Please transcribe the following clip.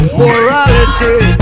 morality